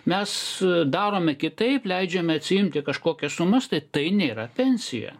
mes darome kitaip leidžiame atsiimti kažkokias sumas tai tai nėra pensija